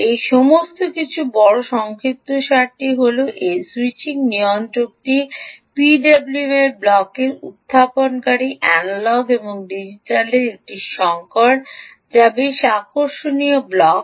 এই সমস্ত কিছুর বড় সংক্ষিপ্তসারটি হল এই স্যুইচিং নিয়ন্ত্রকটি পিডব্লিউএম ব্লক উত্থাপনকারী এনালগ এবং ডিজিটালের একটি সংকর যা বেশ আকর্ষণীয় ব্লক